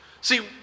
See